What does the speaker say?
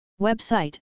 Website